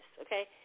okay